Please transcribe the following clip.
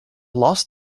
lost